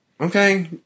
okay